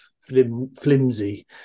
flimsy